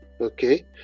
Okay